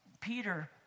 Peter